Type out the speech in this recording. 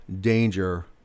danger